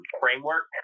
framework